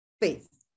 faith